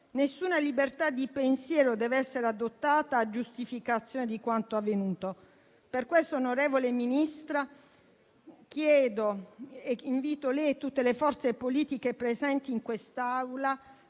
Nessuna libertà di pensiero dev'essere adottata a giustificazione di quanto avvenuto. Per questo, signora Ministra, invito lei e tutte le forze politiche presenti in quest'Aula